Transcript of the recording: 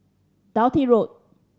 Dundee Road